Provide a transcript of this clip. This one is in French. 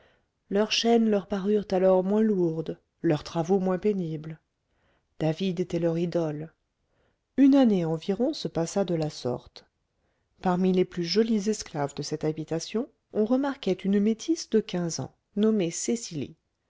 leurs chaînes leur parurent alors moins lourdes leurs travaux moins pénibles david était leur idole une année environ se passa de la sorte parmi les plus jolies esclaves de cette habitation on remarquait une métisse de quinze ans nommée cecily